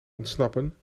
ontsnappen